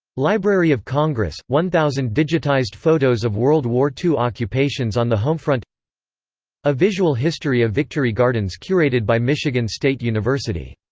library of congress one thousand digitized photos of world war ii occupations on the homefront a visual history of victory gardens curated by michigan state university